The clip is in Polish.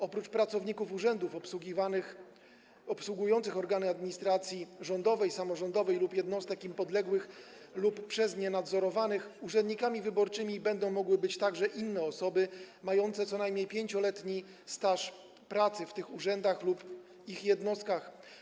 Oprócz pracowników urzędów obsługujących organy administracji rządowej i samorządowej lub jednostek im podległych lub przez nie nadzorowanych, urzędnikami wyborczymi będą mogły być także inne osoby mające co najmniej 5-letni staż pracy w tych urzędach lub ich jednostkach.